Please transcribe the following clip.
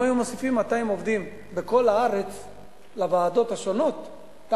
אם היו מוסיפים 200 עובדים לוועדות השונות בכל הארץ,